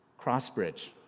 Crossbridge